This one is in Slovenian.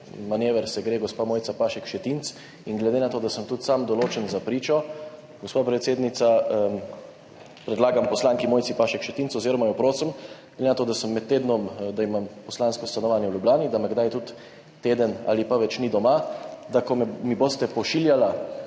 manever se gre gospa Mojca Pašek Šetinc in glede na to, da sem tudi sam določen za pričo, gospa predsednica, predlagam poslanki Mojci Pašek Šetinc oziroma jo prosim, glede na to, da imam poslansko stanovanje v Ljubljani in da me kdaj tudi teden ali pa več ni doma, da mi, ko boste pošiljali